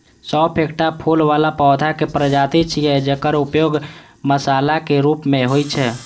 सौंफ एकटा फूल बला पौधाक प्रजाति छियै, जकर उपयोग मसालाक रूप मे होइ छै